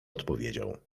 odpowiedział